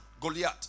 Goliath